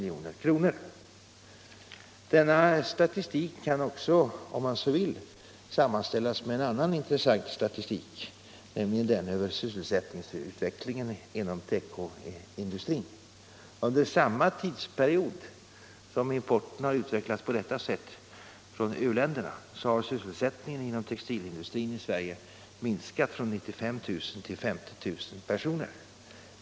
Denna statistik kan också - om man så vill — sammanställas med en annan intressant statistik, nämligen den över sysselsättningsutvecklingen inom tekoindustrin. Under samma tidsperiod som importen från u-länderna har utvecklats på detta sätt har sysselsättningen inom textilindustrin i Sverige minskat från 95 000 till 50 000 personer.